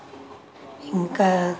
ఇంకా